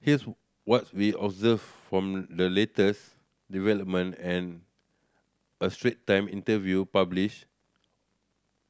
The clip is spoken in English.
here's what we observed from the latest development and a Strait Time interview published